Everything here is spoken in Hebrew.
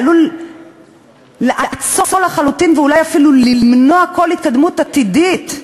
אלא עלול לעצור לחלוטין ואולי אפילו למנוע כל התקדמות עתידית.